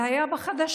זה היה בחדשות,